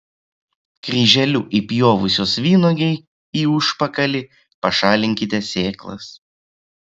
kryželiu įpjovusios vynuogei į užpakalį pašalinkite sėklas